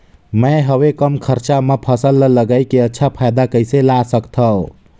मैं हवे कम खरचा मा फसल ला लगई के अच्छा फायदा कइसे ला सकथव?